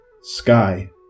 sky